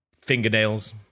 fingernails